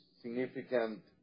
significant